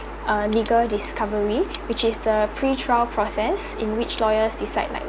uh legal discovery which is the pre trial process in which lawyers decide like